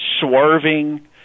swerving